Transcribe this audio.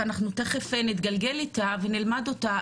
ואנחנו תכף נתגלגל איתה ונלמד אותה,